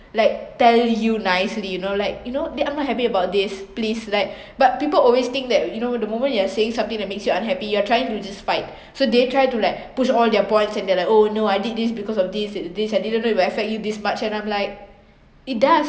like tell you nicely you know like you know that I'm not happy about this please like but people always think that you know the moment you are saying something that makes you unhappy you are trying to despite so they try to like push all their points and they're like oh no I did this because of this and this I didn't know it will affect you this much and I'm like it does